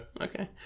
Okay